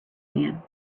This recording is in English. man